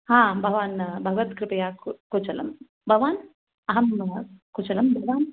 हा भवान् भगवत्कृपया कुशलं भवान् अहं कुशलं भवान्